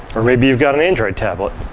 or maybe you've got an android tablet.